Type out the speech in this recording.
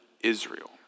Israel